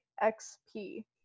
X-P